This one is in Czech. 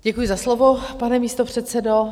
Děkuji za slovo, pane místopředsedo.